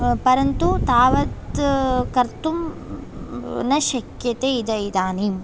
परन्तु तावत् कर्तुं न शक्यते इद् इदानीम्